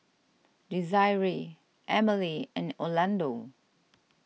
Desiree Emile and Orlando